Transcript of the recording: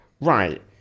right